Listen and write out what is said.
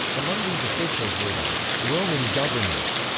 among these officials were the roman governors,